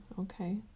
Okay